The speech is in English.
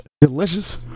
Delicious